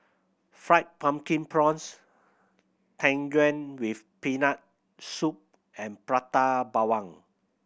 Fried Pumpkin Prawns Tang Yuen with Peanut Soup and Prata Bawang